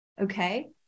okay